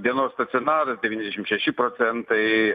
dienos stacionaras devyniasdešim šeši procentai